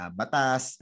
batas